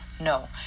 no